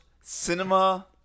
cinema